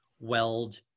weld